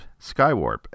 Skywarp